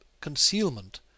concealment